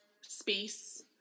space